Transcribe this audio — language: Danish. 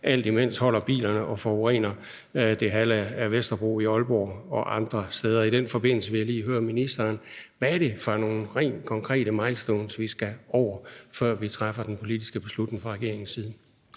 alt imens holder bilerne og forurener det halve af Vesterbro i Aalborg og andre steder. I den forbindelse vil jeg lige høre ministeren: Hvad er det for nogle konkrete milestones, vi skal forbi, før man fra regeringens side